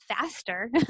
faster